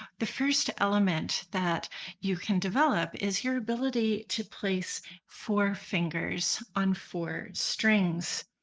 the first element that you can develop is your ability to place four fingers on four strings.